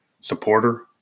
supporter